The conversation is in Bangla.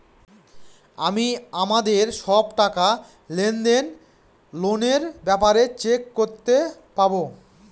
আমি আমাদের সব টাকা, লেনদেন, লোনের ব্যাপারে চেক করতে পাবো